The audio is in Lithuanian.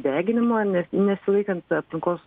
deginimą ne nesilaikant aplinkos